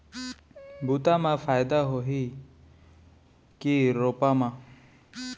बुता म फायदा होही की रोपा म?